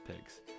pigs